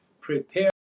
prepare